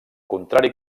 contrari